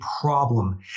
problem